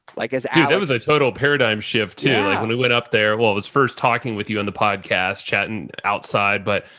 like and it was a total paradigm shift too, when we went up there. well, it was first talking with you on the podcast, chatting outside, but.